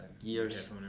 Years